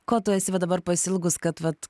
ko tu esi va dabar pasiilgus kad vat